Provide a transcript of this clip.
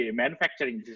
manufacturing